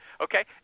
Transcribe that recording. okay